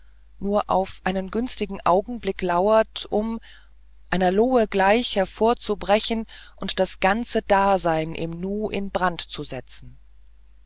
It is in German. nur auf einen günstigen augenblick lauert um einer lohe gleich hervorzubrechen und das ganze dasein im nu in brand zu setzen